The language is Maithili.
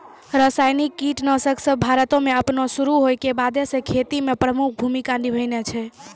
रसायनिक कीटनाशक सभ भारतो मे अपनो शुरू होय के बादे से खेती मे प्रमुख भूमिका निभैने छै